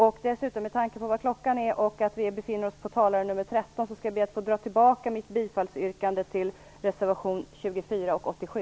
Med tanke på hur mycket klockan är och att vi befinner oss på talare nr 13 på talarlistan skall jag be att få dra tillbaka mitt bifallsyrkande till reservationerna 24 och 87.